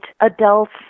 adults